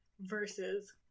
versus